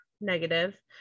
negative